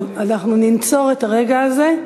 אנחנו ננצור את הרגע הזה.